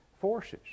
forces